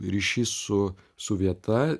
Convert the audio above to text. ryšys su su vieta